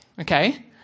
Okay